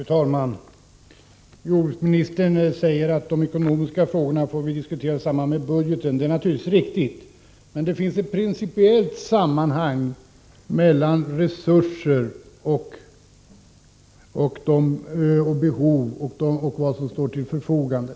Fru talman! Jordbruksministern säger att vi får diskutera de ekonomiska 25 oktober 1984 frågorna i samband med behandlingen av budgeten, och det är naturligtvis riktigt. Men principiellt finns det ett samband mellan behoven och de Allmänpolitisk de — Tesurser som står till förfogande.